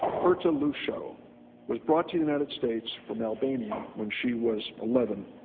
herta luso was brought to the united states from albania when she was eleven.